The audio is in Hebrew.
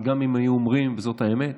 כי גם אם היו אומרים: בואו,